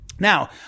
Now